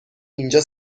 اینجا